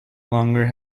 longer